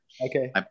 Okay